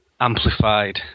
amplified